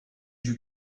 you